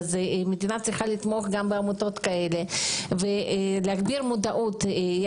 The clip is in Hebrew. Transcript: לכן המדינה צריכה לתמוך גם בעמותות האלה ולהגדיל את המודעות לזה,